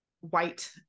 white